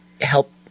help